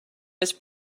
was